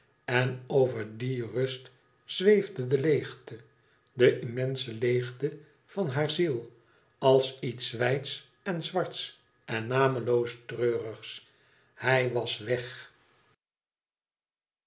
en over die rust zweefde de leegte de immense leegte van haar ziel als iets wijds en zwarts en nameloos treurigs hij was weg